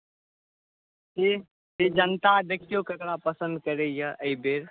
जी ई जनता देखियौ ककरा पसन्द करैया एहिबेर